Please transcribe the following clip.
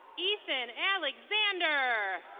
ethan alexander.